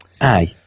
Aye